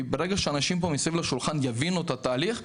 כי ברגע שאנשים מסביב לשולחן פה יבינו את התהליך,